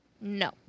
No